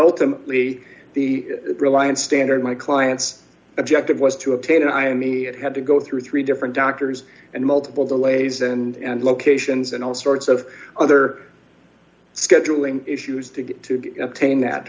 ultimately the reliance standard my clients objective was to obtain an irony it had to go through three different doctors and multiple delays and locations and all sorts of other scheduling issues to get to the tane that